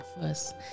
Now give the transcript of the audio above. first